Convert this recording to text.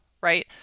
right